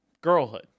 Girlhood